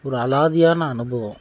ஒரு அலாதியான அனுபவம்